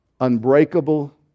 unbreakable